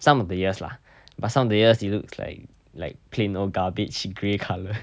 some of the years lah but some of the years it looks like like plain old garbage grey colour